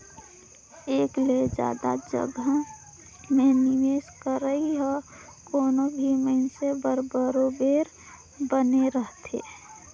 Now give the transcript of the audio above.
एक ले जादा जगहा में निवेस करई ह कोनो भी मइनसे बर बरोबेर बने रहथे